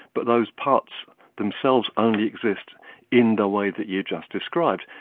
but those parts themselves only exist in the way that you just described,